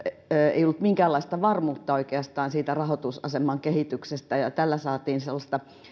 ei ollut minkäänlaista varmuutta oikeastaan siitä rahoitusaseman kehityksestä tällä saatiin sellaista